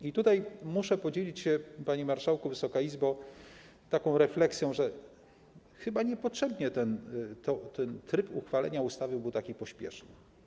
I tutaj muszę podzielić się, panie marszałku, Wysoka Izbo, taką refleksją, że chyba niepotrzebnie ten tryb uchwalenia ustawy był taki pospieszny.